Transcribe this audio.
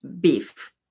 beef